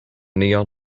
neon